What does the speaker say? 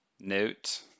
note